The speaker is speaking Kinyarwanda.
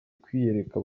kwiyereka